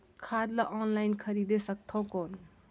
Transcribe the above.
खाद ला ऑनलाइन खरीदे सकथव कौन?